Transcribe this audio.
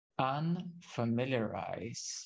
unfamiliarize